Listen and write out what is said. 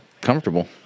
comfortable